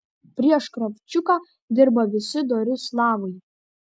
prieš kravčiuką dirba visi dori slavai